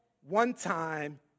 one-time